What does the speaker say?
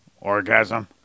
orgasm